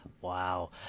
wow